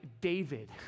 David